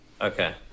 Okay